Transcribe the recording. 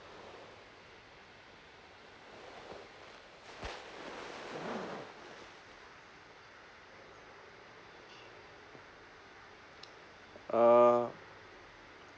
uh